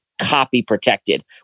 copy-protected